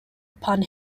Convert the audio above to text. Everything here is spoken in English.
upon